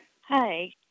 Hi